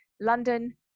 London